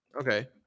okay